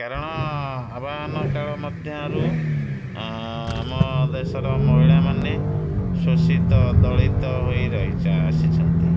କାରଣ ଆବାହନ କାଳ ମଧ୍ୟରୁ ଆମ ଦେଶର ମହିଳାମାନେ ଶୋଷିତ ଦଳିତ ହୋଇ ରହି ଆସିଛନ୍ତି